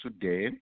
today